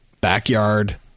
Backyard